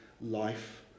life